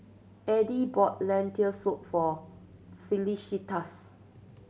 Addie bought Lentil Soup for Felicitas